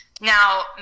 Now